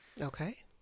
okay